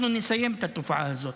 אנחנו נסיים את התופעה הזאת.